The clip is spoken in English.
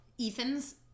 Ethan's